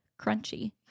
crunchy